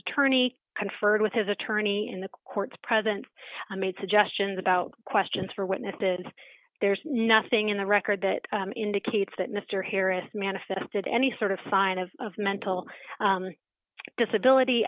attorney conferred with his attorney in the courts present i made suggestions about questions for witnessed and there's nothing in the record that indicates that mister harris manifested any sort of sign of mental disability